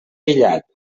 aïllat